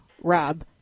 rob